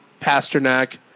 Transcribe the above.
Pasternak